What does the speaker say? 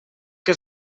què